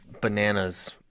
bananas